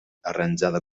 arranjada